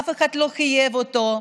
אף אחד לא חייב אותו,